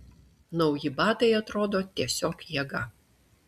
nauji batai atrodo tiesiog jėga